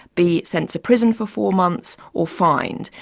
be sent to prison for four months or fined.